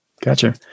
Gotcha